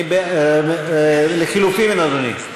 לחלופין, אדוני?